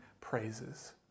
praises